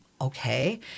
Okay